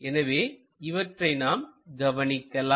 எனவே அவற்றை நாம் கவனிக்கலாம்